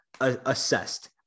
assessed